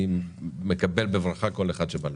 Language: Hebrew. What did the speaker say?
אני מבין שזה בניגוד להסכם שהיה פעם.